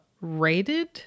rated